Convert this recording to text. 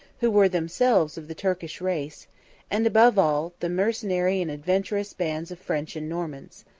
who were themselves of the turkish race and, above all, the mercenary and adventurous bands of french and normans.